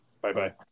Bye-bye